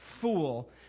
fool